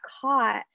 caught